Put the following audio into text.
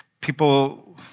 people